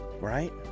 right